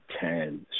ten